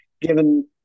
given